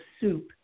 soup